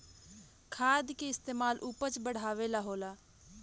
खाद के इस्तमाल उपज बढ़ावे ला होला